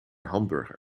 hamburger